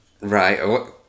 Right